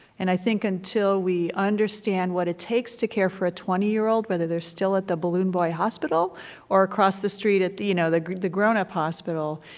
and i think until we understand what it takes to care for a twenty year old, whether they're still at the balloon boy hospital or across the street, at the, you know, the the grownup hospital,